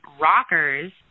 rockers